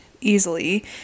easily